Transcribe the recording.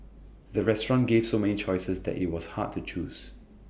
the restaurant gave so many choices that IT was hard to choose